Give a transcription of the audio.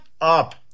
up